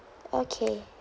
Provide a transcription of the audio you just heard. okay